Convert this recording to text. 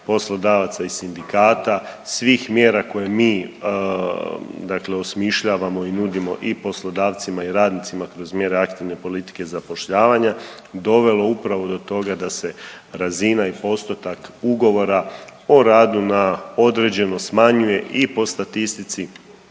poslodavaca i sindikata svih mjera koje mi dakle osmišljavamo i nudimo i poslodavcima i radnicima kroz mjere aktivne politike zapošljavanja dovelo upravo do toga da se razina i postotak ugovora o radu na određeno smanjuje i po statistici